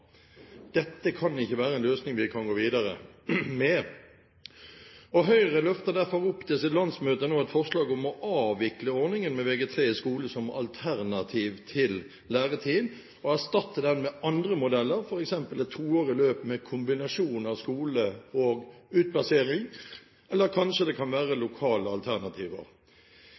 Dette kan ikke være en løsning vi kan gå videre med. Høyre løfter derfor opp til sitt landsmøte et forslag om å avvikle ordningen med Vg3 i skolen som et alternativ til læretid, og erstatte den med andre modeller, f.eks. et toårig løp med en kombinasjon av skole og utplassering, eller kanskje det kan være lokale alternativer.